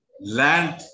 land